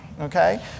okay